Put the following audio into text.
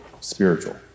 spiritual